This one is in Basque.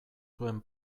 zuen